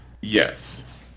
Yes